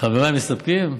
חבריי מסתפקים?